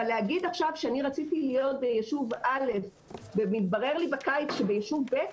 אבל להגיד עכשיו שאני רציתי להיות ביישוב א' ומתברר לי בקיץ שביישוב ב',